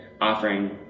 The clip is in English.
offering